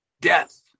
death